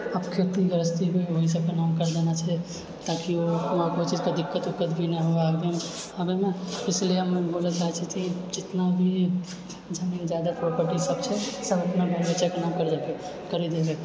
आब खेती गृहस्थी ताकि कोइ चीजके दिक्कत उक्कत भी नहि हो इसलिए हम बोलए चाहैत छिऐ कि जितना भी जमीन जायदाद प्रोपर्टी सब छै सब अपना अपना बच्चाके नाम पर राखु